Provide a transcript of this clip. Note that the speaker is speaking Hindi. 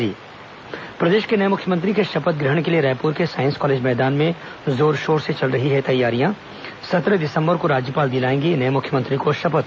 बाद प्रदेश प्रभारी प्रदेश के नये मुख्यमंत्री के शपथ ग्रहण के लिए रायपुर के साईस कॉलेज मैदान में जोरशोर से चल रही हैं तैयारियां सत्रह दिसंबर को राज्यपाल दिलाएंगी नये मुख्यमंत्री को शपथ